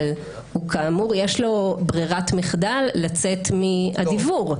אבל כאמור יש לו ברירת מחדל לצאת מהדיוור.